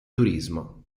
turismo